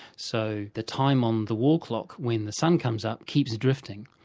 so the time on the wall clock when the sun comes up keeps drifting.